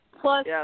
plus